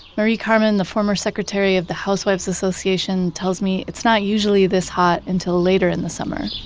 marie-carmen, the former secretary of the housewives association, tells me it's not usually this hot until later in the summer.